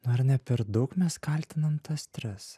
ar ne per daug mes kaltinam tas tris